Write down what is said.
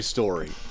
Story